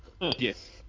yes